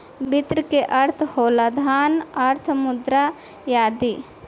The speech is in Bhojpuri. वित्त के अर्थ होला धन, अर्थ, मुद्रा आदि